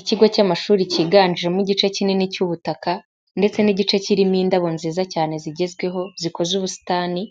Ikigo cy'amashuri cyiganjemo igice kinini cy'ubutaka ndetse n'igice kirimo indabo nziza cyane zigezweho zikoze ubusitani,